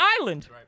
Island